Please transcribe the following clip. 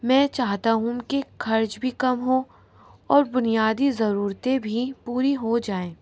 میں چاہتا ہوں کہ خرچ بھی کم ہو اور بنیادی ضرورتیں بھی پوری ہو جائیں